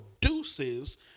produces